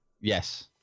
Yes